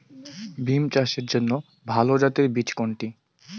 বিম চাষের জন্য ভালো জাতের বীজ কোনটি?